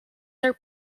their